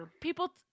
people